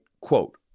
quote